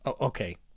okay